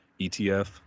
ETF